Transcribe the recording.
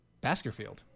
Baskerville